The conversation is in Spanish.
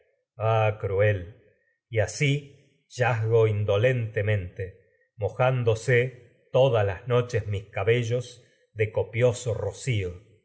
cruel y asi las tazgo indolentemente mojándose todas cío noches mis cabellos de copioso ro